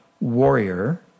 warrior